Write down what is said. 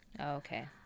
okay